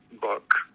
book